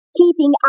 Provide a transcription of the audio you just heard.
keeping